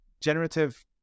generative